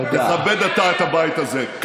תכבד אתה את הבית הזה.